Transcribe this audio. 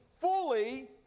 fully